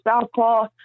Southpaw